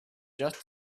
just